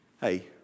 Hey